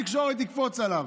התקשורת תקפוץ עליו.